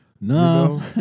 No